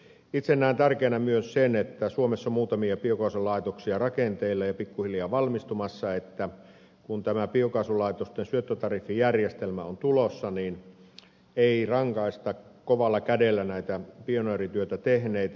itse näen tärkeänä myös sen että suomessa on muutamia biokaasulaitoksia rakenteilla ja pikkuhiljaa valmistumassa niin että kun tämä biokaasulaitosten syöttötariffijärjestelmä on tulossa niin ei rankaista kovalla kädellä näitä pioneerityötä tehneitä